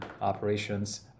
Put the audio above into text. operations